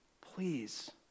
please